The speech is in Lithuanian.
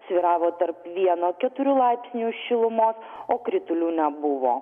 svyravo tarp vieno keturių laipsnių šilumos o kritulių nebuvo